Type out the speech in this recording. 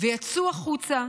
ויצאו החוצה